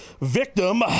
victim